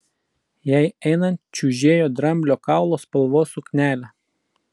jai einant čiužėjo dramblio kaulo spalvos suknelė